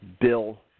Bill